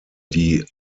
die